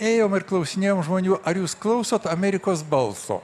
ėjom ir klausinėjom žmonių ar jūs klausot amerikos balso